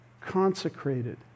consecrated